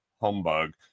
humbug